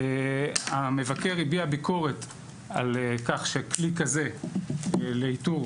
המבקר הביע ביקורת על כך שכלי כזה לאיתור